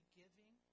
giving